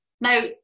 Now